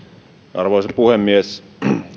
arvoisa puhemies